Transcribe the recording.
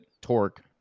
torque